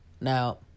Now